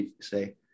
say